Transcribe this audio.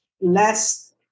less